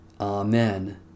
Amen